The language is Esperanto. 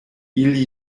ili